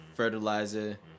fertilizer